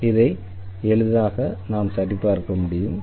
இதை நாம் எளிதாக சரிபார்க்க முடியும்